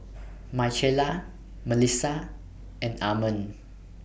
Michaela Melissa and Armond